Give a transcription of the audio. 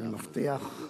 אני מבטיח.